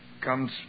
comes